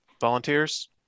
volunteers